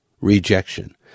rejection